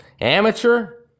Amateur